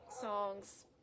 songs